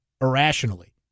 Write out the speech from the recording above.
irrationally